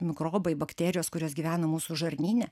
mikrobai bakterijos kurios gyvena mūsų žarnyne